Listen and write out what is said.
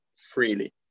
freely